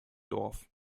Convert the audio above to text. dorf